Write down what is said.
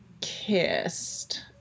kissed